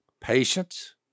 patience